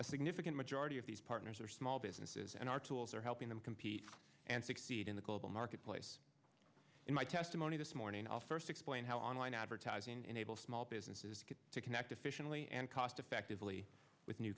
a significant majority of these partners are small businesses and our tools are helping them compete and succeed in the global marketplace in my testimony this morning i'll first explain how online advertising enables small businesses to connect efficiently and cost effectively with new